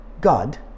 God